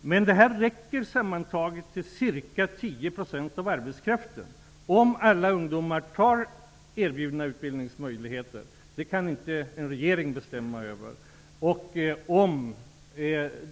Det här räcker dock till ca 10 % av arbetskraften, om alla ungdomar accepterar erbjudna utbildningsmöjligheter -- det kan inte en regering bestämma över -- och om